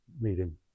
meeting